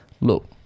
look